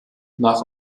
nach